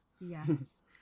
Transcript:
Yes